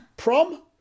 Prom